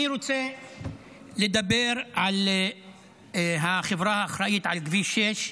אני רוצה לדבר על החברה האחראית של כביש 6,